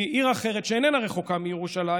מעיר אחרת שאיננה רחוקה מירושלים,